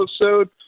episode